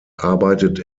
arbeitet